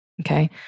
Okay